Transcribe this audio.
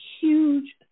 huge